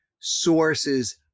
sources